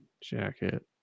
jacket